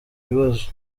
ibibazo